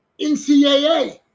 ncaa